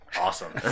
awesome